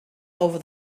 over